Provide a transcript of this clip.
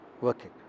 working